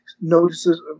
notices